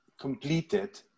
completed